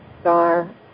star